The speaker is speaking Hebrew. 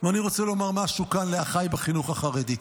ואני רוצה לומר משהו כאן לאחיי בחינוך החרדי.